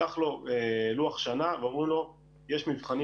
נפתח לו לוח שנה ואומרים לו שיש מבחנים